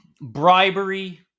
bribery